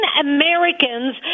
Americans